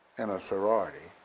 in a sorority,